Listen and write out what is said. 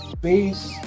base